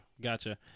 gotcha